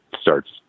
starts